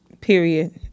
period